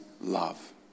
love